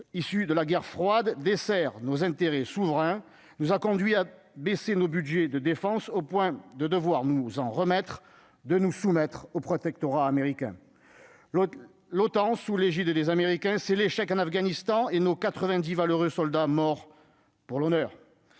issu de la guerre froide dessert nos intérêts souverains, nous a conduit à baisser nos Budgets de défense au point de devoir nous en remettre de nous soumettre au protectorat américain, l'autre l'OTAN sous l'égide des Américains, c'est l'échec en Afghanistan et nos 90 valeureux soldats morts pour l'honneur,